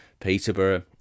Peterborough